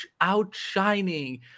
outshining